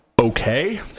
okay